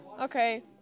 Okay